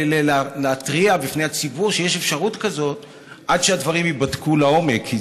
להתריע בפני הציבור שיש אפשרות כזאת עד שהדברים ייבדקו לעומק,